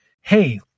hey